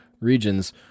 regions